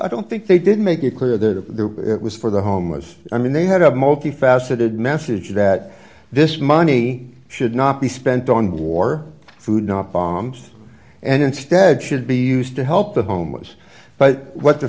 i don't think they did make it clear the it was for the homeless i mean they had a multifaceted message that this money should not be spent on war food not bombs and instead should be used to help the homeless but what the